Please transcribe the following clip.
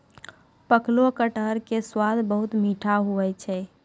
पकलो कटहर के स्वाद बहुत मीठो हुवै छै